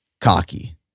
cocky